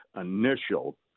initial